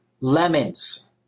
lemons